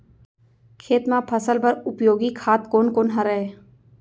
खेत म फसल बर उपयोगी खाद कोन कोन हरय?